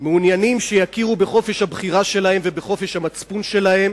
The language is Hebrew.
מעוניינים שיכירו בחופש הבחירה שלהם ובחופש המצפון שלהם